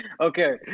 Okay